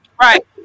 right